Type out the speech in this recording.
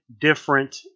different